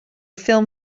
film